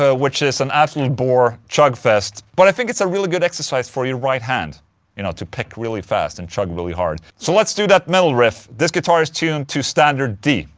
ah which is an absolute bore chug fest but i think it's a really good exercise for your right hand you know, to pick really fast and chug really hard so let's do that metal riff. this guitar is tuned to standard d,